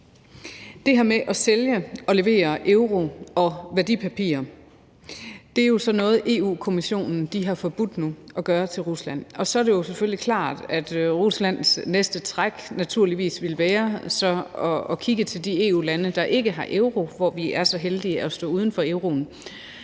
Det her med at sælge og levere euro og værdipapirer er jo sådan noget, Europa-Kommissionen nu har forbudt at gøre i forhold til Rusland. Og så er det jo selvfølgelig klart, at Ruslands næste træk naturligvis vil være at kigge til de EU-lande, der ikke har euro, og her er vi så heldige at stå uden for euroen.